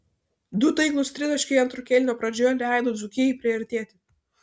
du taiklūs tritaškiai antro kėlinio pradžioje leido dzūkijai priartėti